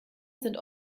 sind